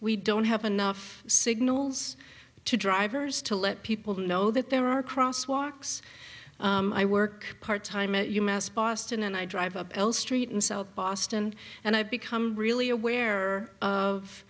we don't have enough signals to drivers to let people know that there are cross walks i work part time at u mass boston and i drive a bell street in south boston and i become really aware